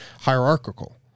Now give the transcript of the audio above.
hierarchical